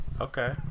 Okay